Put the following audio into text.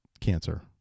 cancer